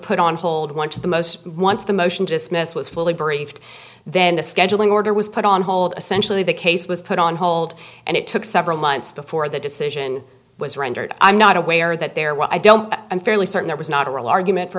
put on hold went to the most once the motion just miss was fully briefed then the scheduling order was put on hold essentially the case was put on hold and it took several months before that decision was rendered i'm not aware that there were i don't i'm fairly certain there was not a real argument for